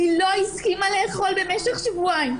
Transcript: היא לא הסכימה לאכול במשך שבועיים.